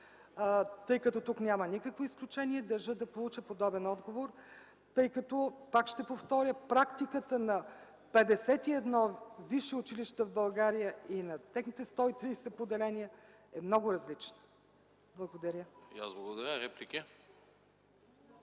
Тъй като тук няма никакво изключение, държа да получа подобен отговор, защото, пак ще повторя, практиката на 51 висши училища в България и на техните 130 поделения е много различна. Благодаря.